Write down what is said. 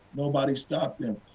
nobody stopped them.